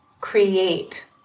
create